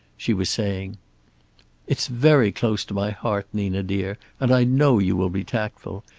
she was saying it's very close to my heart, nina dear, and i know you will be tactful.